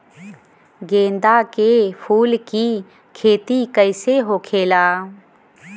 गेंदा के फूल की खेती कैसे होखेला?